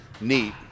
neat